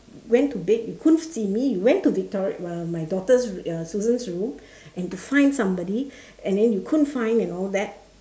went to bed you couldn't see me you went to the toilet well my daughter's ya children's room and then to find somebody and then you couldn't find and all that